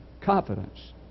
confidence